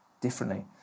differently